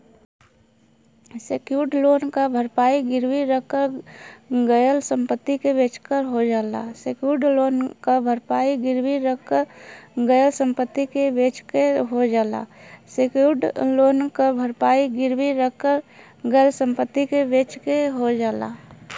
secured loan क भरपाई गिरवी रखल गयल संपत्ति के बेचके हो जाला